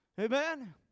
Amen